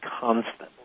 constantly